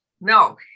no